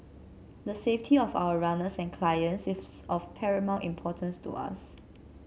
the safety of our runners and clients is of paramount importance to us